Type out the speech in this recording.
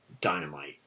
dynamite